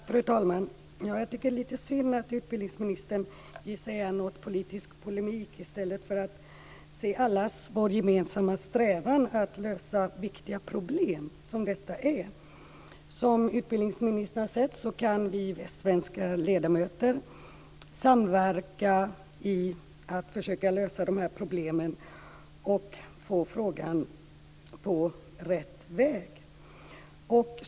Fru talman! Det är lite synd att utbildningsministern ger sig hän åt politisk polemik i stället för att se allas vår gemensamma strävan att lösa sådana viktiga problem som detta är. Som utbildningsministern sett kan vi svenska ledamöter samverka i att försöka lösa problemen och få frågan på rätt väg.